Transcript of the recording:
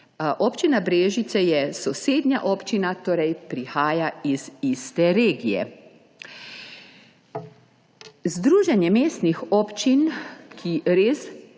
Občina Brežice je sosednja občina, torej prihaja iz iste regije. Združenje mestnih občin, ki res